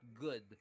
good